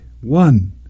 one